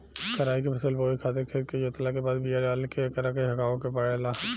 कराई के फसल बोए खातिर खेत के जोतला के बाद बिया डाल के एकरा के हेगावे के पड़ेला